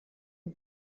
und